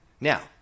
Now